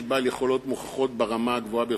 אתה איש בעל יכולות מוכחות ברמה הגבוהה ביותר,